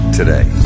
today